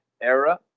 era